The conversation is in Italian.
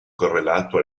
correlato